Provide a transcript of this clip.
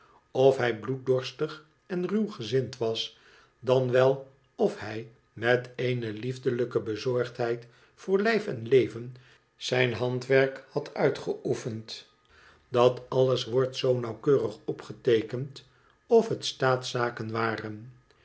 of hij bloeddorstig en ruw gezind was dan wel of hij met eene liefelijke bezorgdheid voor lijf en leven zijn handwerk had uitgeoefend dat alles wordt zoo nauwkeurig opgeteekend of het staatszaken waren